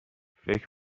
فکر